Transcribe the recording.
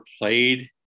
played